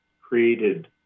created